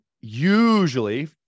usually